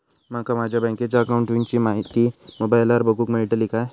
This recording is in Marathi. माका माझ्या बँकेच्या अकाऊंटची माहिती मोबाईलार बगुक मेळतली काय?